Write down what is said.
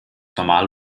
normal